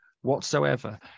whatsoever